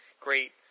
great